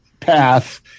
path